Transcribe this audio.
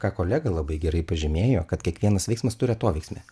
ką kolega labai gerai pažymėjo kad kiekvienas veiksmas turi atoveiksmį